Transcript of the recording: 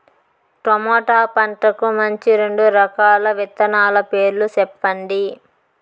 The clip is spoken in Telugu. టమోటా పంటకు మంచి రెండు రకాల విత్తనాల పేర్లు సెప్పండి